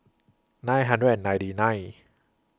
nine hundred and ninety nine